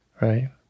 right